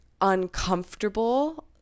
uncomfortable